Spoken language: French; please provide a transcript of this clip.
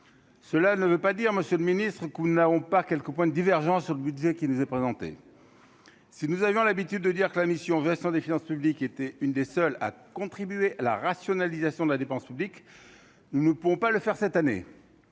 cela ne veut pas dire, Monsieur le Ministre, coup, nous n'avons pas quelques points de divergence sur le budget qui nous est présenté, si nous avions l'habitude de dire que la mission Vincent des finances publiques était une des seules à contribuer à la rationalisation de la dépense publique ne pourront pas le faire cette année,